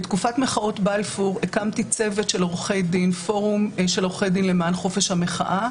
בתקופת מחמאות בלפור הקמתי פורום של עורכי דין למען חופש המחאה,